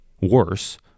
worse